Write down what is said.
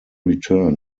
return